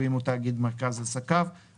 ואם הוא תאגיד מקום מרכז עסקיו:_____________________